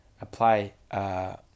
apply